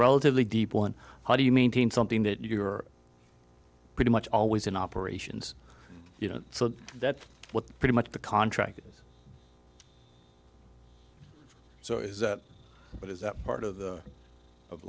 relatively deep one how do you maintain something that you're pretty much always in operations you know so that's what pretty much the contract so is that but is that part of